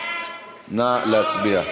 סעיף 7, כהצעת